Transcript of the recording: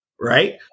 right